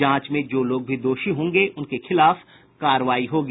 जांच में जो लोग भी दोषी होंगे उनके खिलाफ कार्रवाई होगी